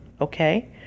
okay